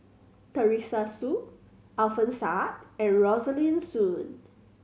Teresa Hsu Alfian Sa'at and Rosaline Soon